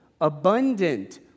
abundant